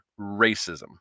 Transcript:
racism